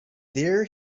there